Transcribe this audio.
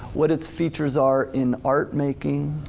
what its features are in art-making.